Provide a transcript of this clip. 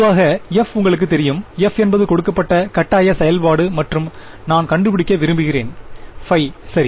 பொதுவாக f உங்களுக்கு தெரியும் f என்பது கொடுக்கப்பட்ட கட்டாய செயல்பாடு மற்றும் நான்கண்டுபிடிக்க விரும்புகிறேன் ϕ சரி